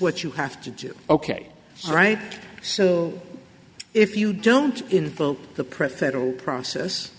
what you have to do ok right so if you don't in the print federal process